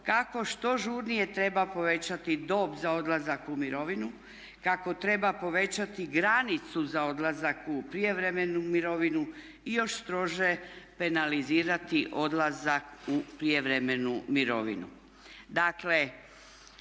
kako što žurnije treba povećati dob za odlazak u mirovinu, kako treba povećati granicu za odlazak u prijevremenu mirovinu i još strože penalizirati odlazak u prijevremenu mirovinu.